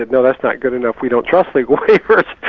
no, that's not good enough, we don't trust legal